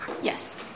Yes